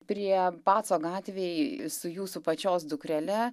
prie paco gatvėj su jūsų pačios dukrele